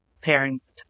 parents